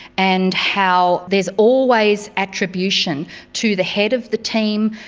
and how there's always attribution to the head of the team,